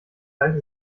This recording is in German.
heißt